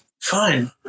Fine